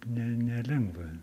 ne nelengva